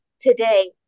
today